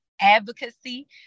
advocacy